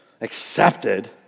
accepted